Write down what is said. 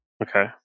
Okay